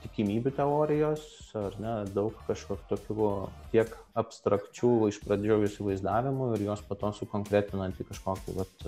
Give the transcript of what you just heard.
tikimybių teorijos ar ne daug kažkur tokių kiek abstrakčių iš pradžių įsivaizdavimų ir juos po to sukonkretinant į kažkokį vat